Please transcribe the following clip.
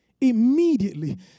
Immediately